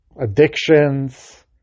addictions